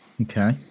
Okay